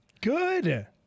Good